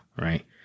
right